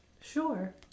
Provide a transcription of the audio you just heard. sure